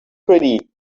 pretty